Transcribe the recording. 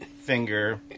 finger